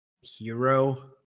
hero